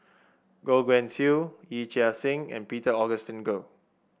Goh Guan Siew Yee Chia Hsing and Peter Augustine Goh